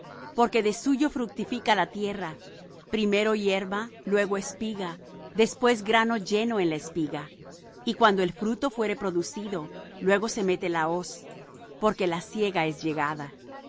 porque de suyo fructifica la tierra primero hierba luego espiga después grano lleno en la espiga y cuando el fruto fuere producido luego se mete la hoz porque la siega es llegada